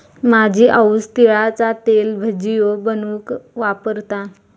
माझी आऊस तिळाचा तेल भजियो बनवूक वापरता